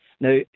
Now